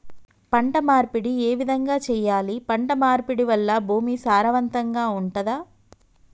పంట మార్పిడి ఏ విధంగా చెయ్యాలి? పంట మార్పిడి వల్ల భూమి సారవంతంగా ఉంటదా?